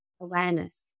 awareness